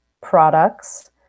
products